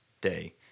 day